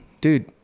Dude